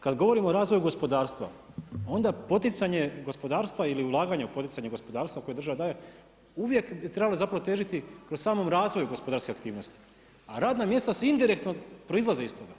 Kada govorimo o razvoju gospodarstva onda poticanje gospodarstva ili ulaganje u poticanje gospodarstva koje država daje uvijek treba težiti kroz samom razvoju gospodarskih aktivnosti, a radna mjesta indirektno proizlaze iz toga.